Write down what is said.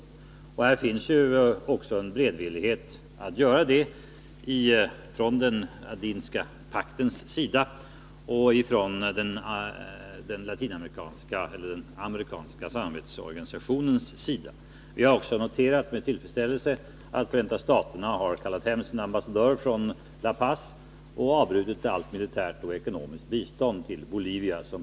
I den Andinska pakten finns också en beredvillighet att göra det liksom i den amerikanska samarbetsorganisationen. Vi har också med tillfredsställelse noterat att Förenta staterna som protest mot militärkuppen har kallat hem sin ambassadör från La Paz och avbrutit allt militärt och ekonomiskt bistånd till Bolivia.